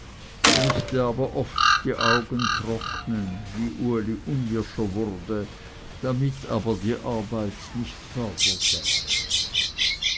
mußte aber oft die augen trocknen wie uli unwirscher wurde damit aber die arbeit nicht förderte